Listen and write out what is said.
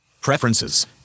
Preferences